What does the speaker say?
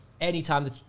anytime